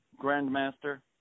Grandmaster